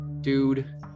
dude